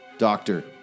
Doctor